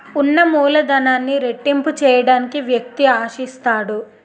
ఉన్న మూలధనాన్ని రెట్టింపు చేయడానికి వ్యక్తి ఆశిస్తాడు